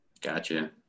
Gotcha